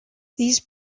these